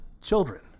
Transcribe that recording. Children